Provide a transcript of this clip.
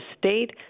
state